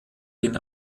den